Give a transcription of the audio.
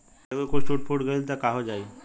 केहू के कुछ टूट फुट गईल त काहो जाई